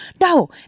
No